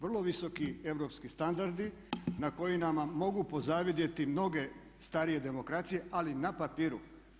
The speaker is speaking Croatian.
Vrlo visoki europski standardi na kojima nam mogu pozavidjeti mnoge starije demokracije, ali na papiru.